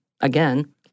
Again